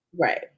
right